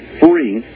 free